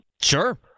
Sure